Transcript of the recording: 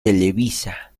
televisa